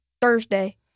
Thursday